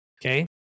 Okay